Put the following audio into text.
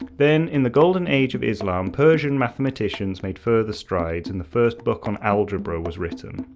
then in the golden age of islam persian mathematicians made further strides and the first book on algebra was written.